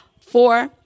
Four